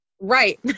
Right